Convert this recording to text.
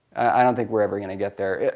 i don't think we're ever going to get there.